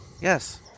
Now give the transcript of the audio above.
Yes